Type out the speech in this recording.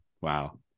Wow